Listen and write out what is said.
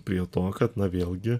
prie to kad na vėlgi